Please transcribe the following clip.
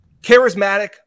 charismatic